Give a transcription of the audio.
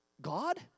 God